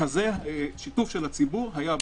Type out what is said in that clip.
שכזה שיתוף של הציבור היה בו,